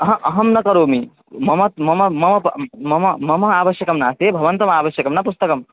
अह अहं न करोमि मम मम मम ब् मम मम आवश्यकं नास्ति भवन्तम् आवश्यकं न पुस्तकम्